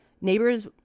Neighbors